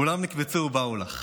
"כֻּלם נקבצו באו לך".